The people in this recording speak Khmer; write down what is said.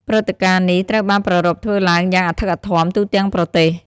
ព្រឹត្តិការណ៍នេះត្រូវបានប្រារព្ធធ្វើឡើងយ៉ាងអធិកអធមទូទាំងប្រទេស។